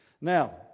Now